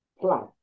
Plus